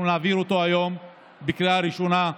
אנחנו נעביר אותו היום בקריאה ראשונה,